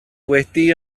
wedi